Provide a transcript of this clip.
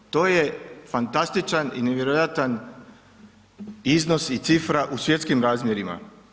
To je fantastičan i nevjerojatan iznos i cifra u svjetskim razmjerima.